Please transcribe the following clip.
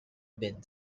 been